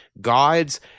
gods